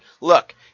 Look